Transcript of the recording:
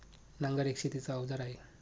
नांगर एक शेतीच अवजार आहे